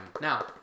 Now